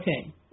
okay